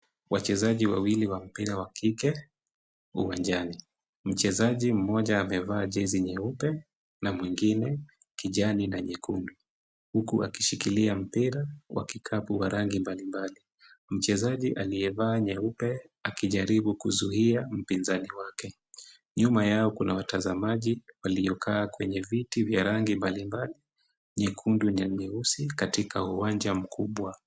Wachezaji wawili wa mpira wa kike uwanjani. Mchezaji mmoja amevaa jezi nyeupe na mwingine kijani na nyekundu huku wakishikilia mpira wa kikapu wa rangi mbalimbali, mchezaji aliyevaa nyeupe akijaribu kuzuia mpinzani wake. Nyuma yao kuna watazamaji waliokaa kwenye viti vya rangi mbalimbali nyekundu na nyeusi katika uwanja mkubwa.